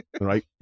Right